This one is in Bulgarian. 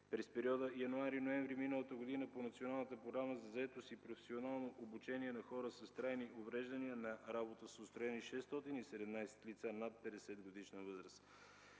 През периода януари-ноември миналата година по Националната програма за заетост и професионално обучение на хора с трайни увреждания на работа са устроени над 617 лица над 50-годишна възраст.